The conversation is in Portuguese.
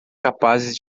capazes